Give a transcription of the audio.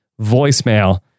voicemail